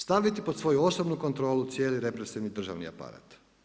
Staviti pod svoju osobnu kontrolu cijeli represivni državni aparat.